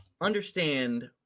understand